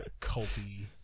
culty